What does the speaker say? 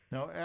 Now